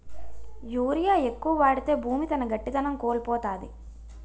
urea ఎక్కువ వాడితే భూమి తన గట్టిదనం కోల్పోతాది